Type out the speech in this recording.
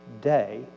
day